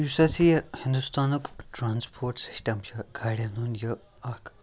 یُس اَسہِ یہِ ہِندوستانُک ٹرٛانَسپوٹ سِسٹَم چھُ گاڑٮ۪ن ہُنٛد یہِ اَکھ